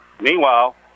Meanwhile